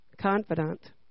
confident